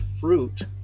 fruit